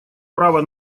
права